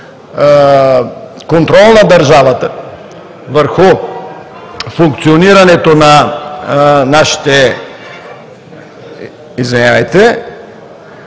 контрол на държавата върху функционирането на нашите университети